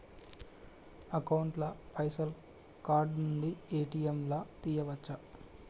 Account ల పైసల్ card నుండి ఏ.టి.ఎమ్ లా తియ్యచ్చా?